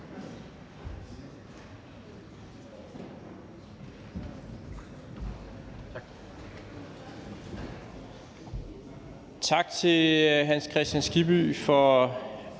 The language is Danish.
Tak til Hans Kristian Skibby for